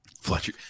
fletcher